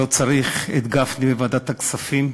לא צריך את גפני בוועדת הכספים,